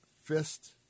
fist